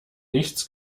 nichts